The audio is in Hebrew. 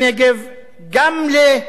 גם למשכורות נמוכות,